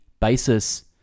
basis